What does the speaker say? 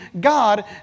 God